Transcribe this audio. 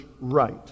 right